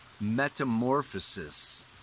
metamorphosis